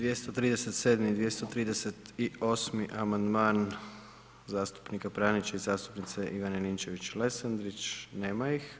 237. i 238. amandman zastupnika Pranića i zastupnice Ivane Ninčević-Lesandrić, nema ih.